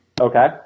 Okay